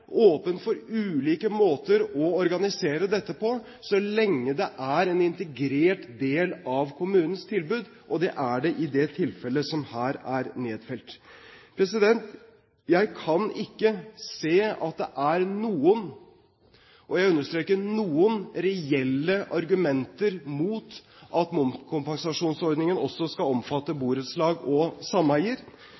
for ulike måter å organisere dette på så lenge det er en integrert del av kommunens tilbud, og det er det i det tilfellet som her er nedfelt. Jeg kan ikke se at det er noen – og jeg understreker noen – reelle argumenter mot at momskompensasjonsordningen også skal omfatte